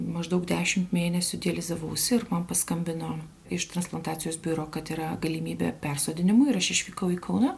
maždaug dešimt mėnesių dializavausi ir man paskambino iš transplantacijos biuro kad yra galimybė persodinimui ir aš išvykau į kauną